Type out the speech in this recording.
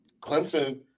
Clemson